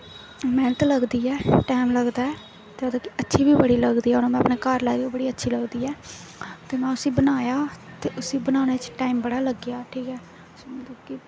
मैह्नत लगदी ऐ टैम लगदा ऐ ते मतलब अच्छी बी बड़ी लगदी ऐ हून में अपने घर लाई दी बड़ी अच्छी लगदी ऐ ते में उसी बनाया ते उसी बनाने च टाईम बड़ा लग्गेआ ठीक ऐ मतलब कि